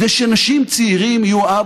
אתה לא הסכמת להצביע כדי שאנשים צעירים יהיו אבא,